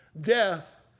death